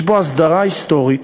יש בו הסדרה היסטורית